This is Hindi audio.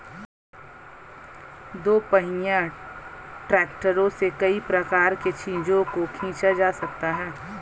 दोपहिया ट्रैक्टरों से कई प्रकार के चीजों को खींचा जा सकता है